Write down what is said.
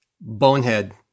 Bonehead